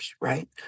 right